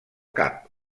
cap